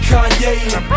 Kanye